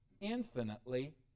infinitely